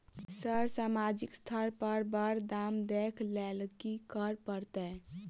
Sir सामाजिक स्तर पर बर काम देख लैलकी करऽ परतै?